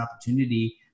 opportunity